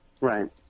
Right